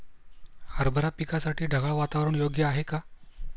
हरभरा पिकासाठी ढगाळ वातावरण योग्य आहे का?